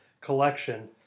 collection